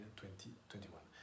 2021